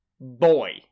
boy